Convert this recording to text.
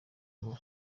ngo